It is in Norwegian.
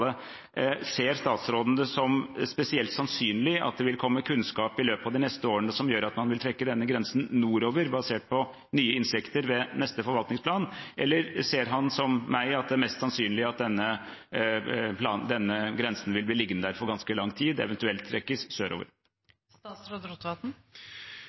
Ser statsråden det som spesielt sannsynlig at det vil komme kunnskap i løpet av de neste årene som gjør at man vil trekke denne grensen nordover, basert på nye innsikter ved neste forvaltningsplan, eller ser han, som meg, at det er mest sannsynlig at denne grensen vil bli liggende der for ganske lang tid, eventuelt trekkes sørover?